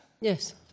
Yes